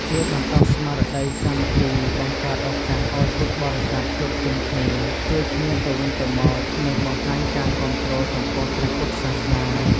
ជួយបណ្ដុះស្មារតីសាមគ្គី បង្កើតឱកាសឱ្យពុទ្ធបរិស័ទជួបជុំគ្នា ជួយគ្នាទៅវិញទៅមក និងបង្ហាញការគាំទ្រចំពោះព្រះពុទ្ធសាសនា។